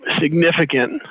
significant